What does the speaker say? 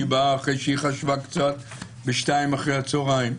היא באה אחרי שהיא חשבה קצת ב-14:00 אחר הצהריים,